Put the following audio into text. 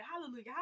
hallelujah